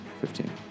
fifteen